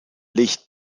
licht